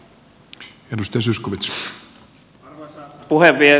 arvoisa puhemies